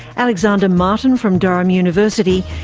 alexander martin from durham university,